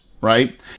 right